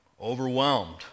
overwhelmed